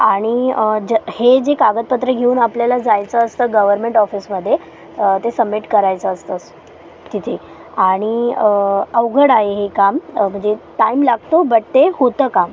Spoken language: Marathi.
आणि ज हे जे कागदपत्रे घेऊन आपल्याला जायचं असतं गव्हर्मेंट ऑफिसमध्ये ते सम्मिट करायचं असतं तिथे आणि अवघड आहे हे काम म्हणजे टाईम लागतो बट ते होतं काम